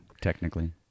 Technically